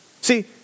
See